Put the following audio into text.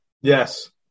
Yes